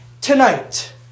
tonight